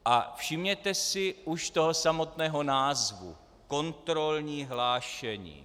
A všimněte si už toho samotného názvu: kontrolní hlášení.